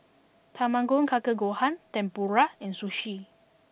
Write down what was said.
Tamago Kake Gohan Tempura and Sushi